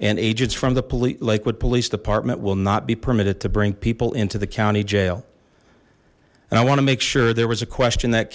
and agents from the palais kwid police department will not be permitted to bring people into the county jail and i want to make sure there was a question that